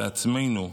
לעצמנו,